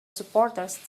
supporters